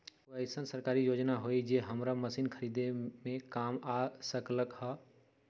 कोइ अईसन सरकारी योजना हई जे हमरा मशीन खरीदे में काम आ सकलक ह?